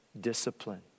discipline